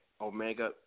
Omega